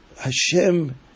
Hashem